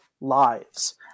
lives